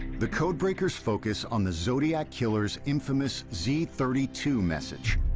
the code breakers focus on the zodiac killer's infamous z three two message.